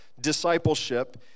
discipleship